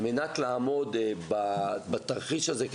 על מנת לעמוד בתרחיש הזה,